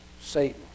Satan